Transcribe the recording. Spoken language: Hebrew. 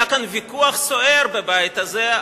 היה כאן ויכוח סוער בבית הזה.